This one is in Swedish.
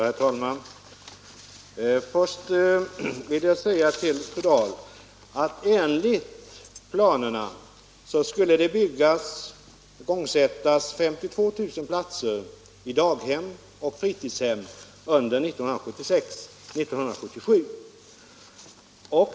Herr talman! Först vill jag säga till fru Dahl att enligt planerna skulle det igångsättas 52 000 platser i daghem och fritidshem under 1976/77.